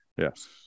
Yes